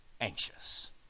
anxious